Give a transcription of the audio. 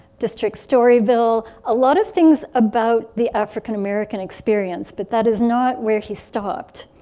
district storyville. a lot of things about the african american experience but that is not where he stopped.